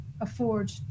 afford